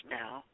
now